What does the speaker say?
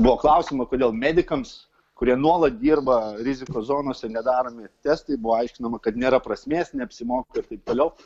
buvo klausiama kodėl medikams kurie nuolat dirba rizikos zonose nedaromi testai buvo aiškinama kad nėra prasmės neapsimoka ir taip toliau